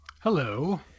Hello